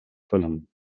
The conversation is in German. verlangen